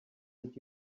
did